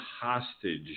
hostage